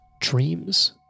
dreams